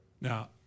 Now